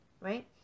right